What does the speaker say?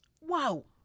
wow